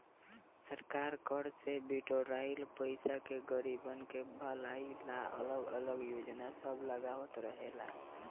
सरकार कर से बिटोराइल पईसा से गरीबसन के भलाई ला अलग अलग योजना सब लगावत रहेला